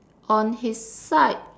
on his side